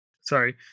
sorry